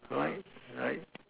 like like